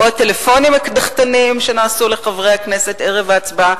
או הטלפונים הקדחתניים שנעשו לחברי הכנסת ערב ההצבעה?